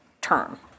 term